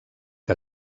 que